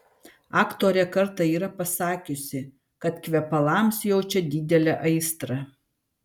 aktorė kartą yra pasakiusi kad kvepalams jaučia didelę aistrą